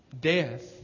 death